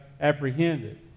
apprehended